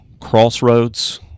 crossroads